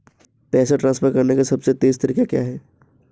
पैसे ट्रांसफर करने का सबसे तेज़ तरीका क्या है?